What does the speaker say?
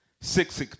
Six